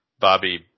Bobby